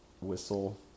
whistle